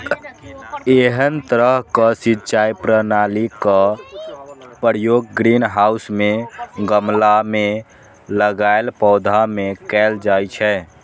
एहन तरहक सिंचाई प्रणालीक प्रयोग ग्रीनहाउस मे गमला मे लगाएल पौधा मे कैल जाइ छै